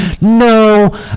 No